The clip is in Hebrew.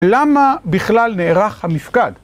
למה בכלל נערך המפקד?